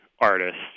artists